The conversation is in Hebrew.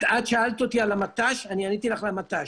את שאלת אותי על המט"ש אני עניתי לך על המט"ש.